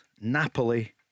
Napoli